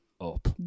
up